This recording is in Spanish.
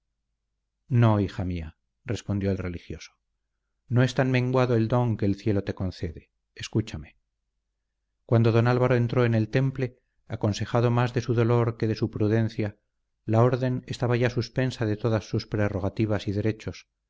no hija mía respondió el religioso no es tan menguado el don que el cielo te concede escúchame cuando don álvaro entró en el temple aconsejado más de su dolor que de su prudencia la orden estaba ya suspensa de todas sus prerrogativas y derechos